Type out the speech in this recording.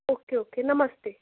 okay okay नमस्ते